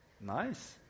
Nice